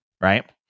right